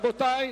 בקצב הזה אנחנו